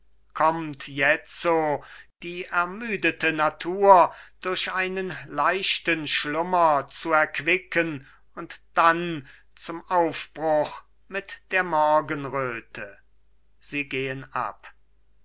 kommt jetzo die ermüdete natur durch einen leichten schlummer zu erquicken und dann zum aufbruch mit der morgenröte sie gehen ab